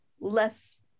less